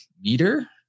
meter